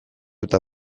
eta